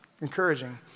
Encouraging